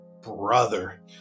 Brother